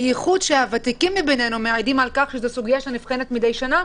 בייחוד שהוותיקים מבנינו מעידים על כך שזו סוגיה שנבחנת מדי שנה,